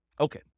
Okay